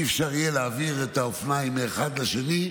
לא יהיה אפשר להעביר את האופניים מאחד לשני,